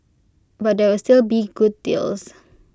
but there will still be good deals